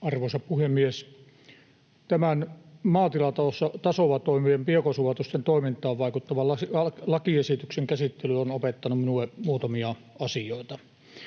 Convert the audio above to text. Arvoisa puhemies! Tämän maatilatasolla toimivien biokaasulaitosten toimintaan vaikuttavan lakiesityksen käsittely on opettanut minulle muutamia asioita: